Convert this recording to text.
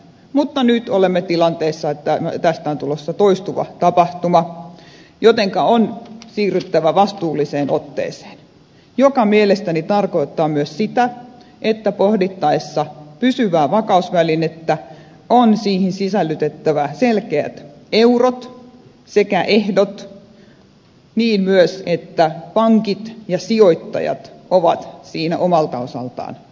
mutta nyt olemme tilanteessa että tästä on tulossa toistuva tapahtuma jotenka on siirryttävä vastuulliseen otteeseen mikä mielestäni tarkoittaa myös sitä että pohdittaessa pysyvää vakausvälinettä on siihen sisällytettävä selkeät eurot sekä ehdot myös niin että pankit ja sijoittajat ovat siinä omalta osaltaan mukana